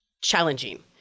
challenging